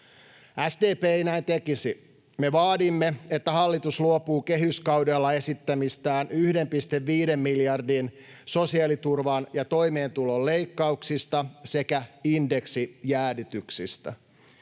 SDP ei näin tekisi. Me vaadimme, että hallitus luopuu kehyskaudella esittämistään 1,5 miljardin euron sosiaaliturvan ja toimeentulon leikkauksista sekä indeksijäädytyksistä.